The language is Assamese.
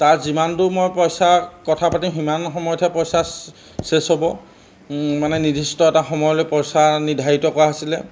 তাৰ যিমানটো মই পইচা কথা পাতিম সিমান সময়তহে পইচা শেষ হ'ব মানে নিৰ্দিষ্ট এটা সময়লৈ পইচা নিৰ্ধাৰিত কৰা হৈছিলে